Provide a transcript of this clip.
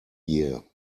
year